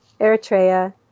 Eritrea